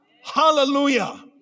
hallelujah